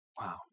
Wow